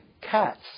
cats